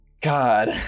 god